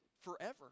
forever